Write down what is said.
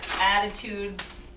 Attitudes